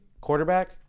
quarterback